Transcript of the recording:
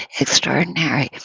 extraordinary